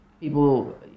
people